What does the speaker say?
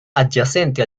adyacente